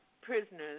prisoners